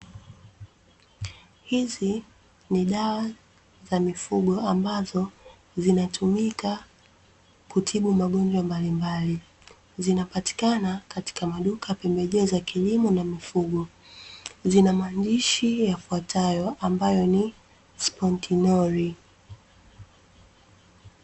Hizi ni dawa za mifugo ambazo zinatumika kutibu magonjwa mbalimbali; zinapatikana katika maduka ya pembejeo za kilimo na mifugo, zina maandishi yafuatayo ambayo ni "spotinor".